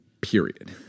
period